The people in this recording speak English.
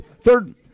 Third